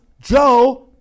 Joe